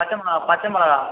பச்சை மொளகாய் பச்சை மொளகாய்